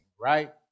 right